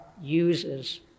uses